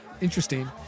Interesting